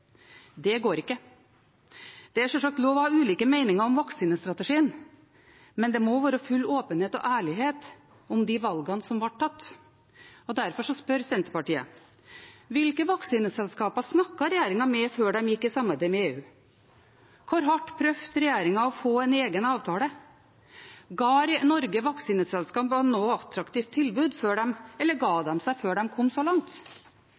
Det går ikke. Det er sjølsagt lov å ha ulike meninger om vaksinestrategien, men det må være full åpenhet og ærlighet om de valgene som ble tatt. Derfor spør Senterpartiet: Hvilke vaksineselskaper snakket regjeringen med før de gikk i samarbeid med EU? Hvor hardt prøvde regjeringen å få en egen avtale? Ga Norge vaksineselskapene noe attraktivt tilbud, eller ga de seg før de kom så langt?